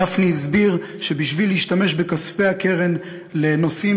גפני הסביר שכדי להשתמש בכספי הקרן לנושאים